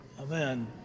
Amen